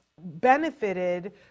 benefited